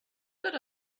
got